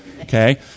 Okay